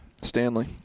Stanley